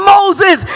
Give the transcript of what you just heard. Moses